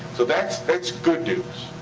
so that's that's good news,